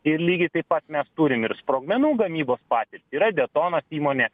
ir lygiai taip pat mes turim ir sprogmenų gamybos patys yra detonas įmonę